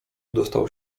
dostał